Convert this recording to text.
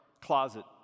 closet